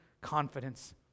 confidence